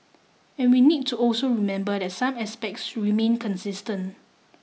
and we need to also remember that some aspects remain consistent